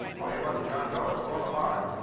only it wasn't john doe, it was walter bard.